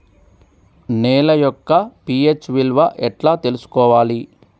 నేల యొక్క పి.హెచ్ విలువ ఎట్లా తెలుసుకోవాలి?